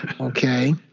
Okay